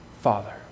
Father